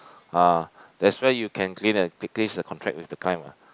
ah that's where you can clean contract with the guy mah